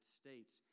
States